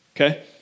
okay